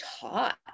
taught